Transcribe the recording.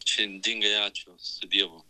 širdingai ačiū su dievu